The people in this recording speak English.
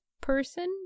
person